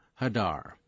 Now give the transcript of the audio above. hadar